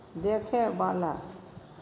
देखयवला